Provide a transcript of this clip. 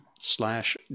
slash